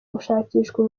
gushakishwa